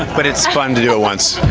but it's fun to do it once.